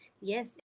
yes